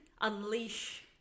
unleash